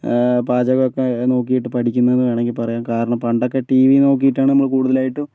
പാചകമൊക്കെ നോക്കിയിട്ട് പഠിക്കുന്നെന്ന് വേണമെങ്കിൽ പറയാം കാരണം പണ്ടൊക്കെ ടി വി നോക്കിയിട്ടാണ് നമ്മൾ കൂടുതലായിട്ടും